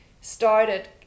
started